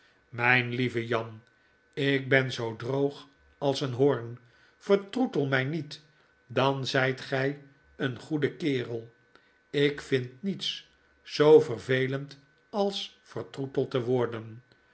myn lieve jan ik ben zoo droog als een hoorn vertroetel my niet dan zyt gij een goede kerel ik vind niets zoo vervelend als vertroeteld te worden